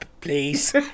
please